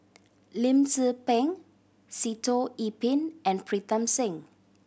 Lim Tze Peng Sitoh Yih Pin and Pritam Singh